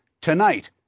tonight